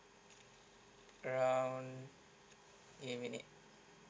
around a minute